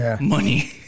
money